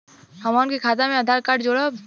हमन के खाता मे आधार कार्ड जोड़ब?